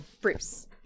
bruce